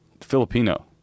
Filipino